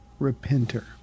repenter